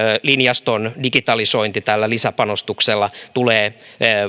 linjaston digitalisointi tällä lisäpanostuksella tulee